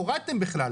הורדתם בכלל.